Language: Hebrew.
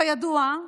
כידוע,